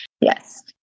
Yes